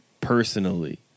personally